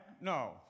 No